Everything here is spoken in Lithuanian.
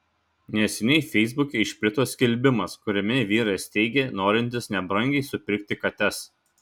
neseniai feisbuke išplito skelbimas kuriame vyras teigia norintis nebrangiai supirkti kates